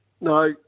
No